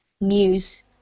news